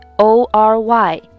O-R-Y